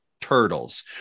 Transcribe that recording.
turtles